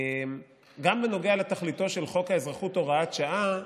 גם בנוגע לתכליתו של חוק האזרחות (הוראת שעה),